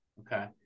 Okay